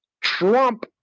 Trump